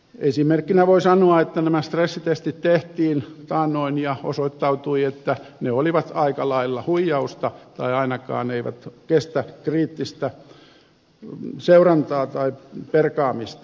esimerkkinä voi sanoa että nämä stressitestit tehtiin taannoin ja osoittautui että ne olivat aika lailla huijausta tai ainakaan eivät kestä kriittistä seurantaa tai perkaamista